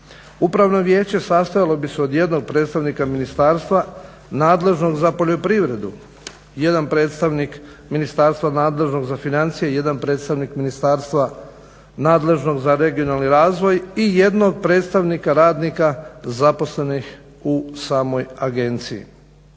Upravno vijeće sastojalo bi se od jednog predstavnika ministarstva nadležnog za poljoprivredu, jedan predstavnik ministarstva nadležnog za financije, jedan predstavnik ministarstva nadležnog za regionalni razvoj i jednog predstavnika radnika zaposlenih u samoj agenciji.